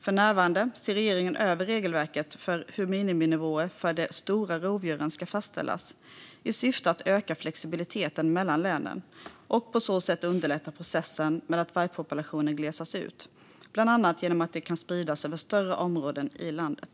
För närvarande ser regeringen över regelverket för hur miniminivåer för de stora rovdjuren ska fastställas i syfte att öka flexibiliteten mellan länen och på så sätt underlätta processen med att vargpopulationen glesas ut, bland annat genom att den kan spridas över större områden i landet.